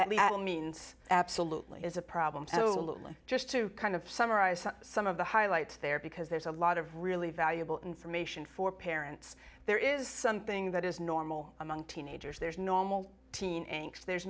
means absolutely is a problem so lovely just to kind of summarize some of the highlights there because there's a lot of really valuable information for parents there is something that is normal among teenagers there's normal teen anx there's